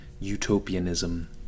utopianism